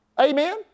Amen